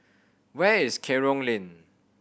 where is Kerong Lane